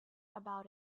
about